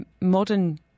modern